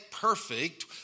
perfect